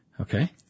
okay